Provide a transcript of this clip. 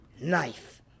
Knife